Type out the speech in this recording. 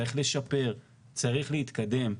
צריך לשפר, צריך להתקדם.